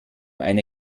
eine